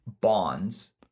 bonds